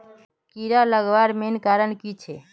कीड़ा लगवार मेन कारण की छे?